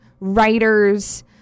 writers